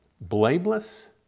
Blameless